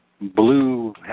blue